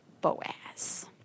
Boaz